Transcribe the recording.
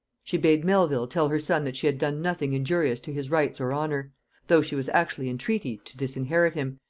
she bade melvil tell her son that she had done nothing injurious to his rights or honor though she was actually in treaty to disinherit him,